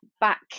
back